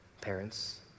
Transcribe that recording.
parents